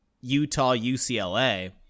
Utah-UCLA